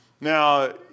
Now